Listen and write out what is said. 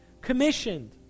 commissioned